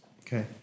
Okay